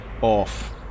off